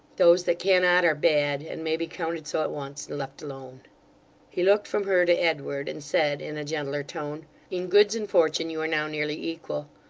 those that cannot, are bad and may be counted so at once, and left alone he looked from her to edward, and said in a gentler tone in goods and fortune you are now nearly equal.